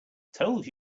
told